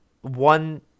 one